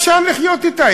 אפשר לחיות אתה,